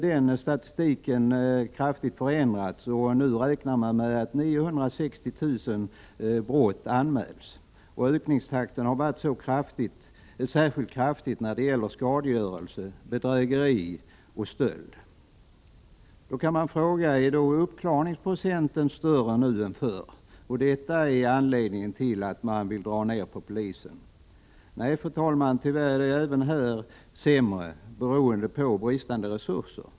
Denna siffra har markant förändrats, och nu räknar man med att ca 960 000 brott anmäls. Ökningstakten har varit särskilt kraftig när det gäller skadegörelse, bedrägeri och stöld. Man kan då fråga: Är uppklarningsprocenten större nu än förr, och är det anledningen till att man vill dra ner på antagningen av polisaspiranter? Nej, fru talman, tyvärr har situationen även på denna punkt blivit sämre, beroende på bristande resurser.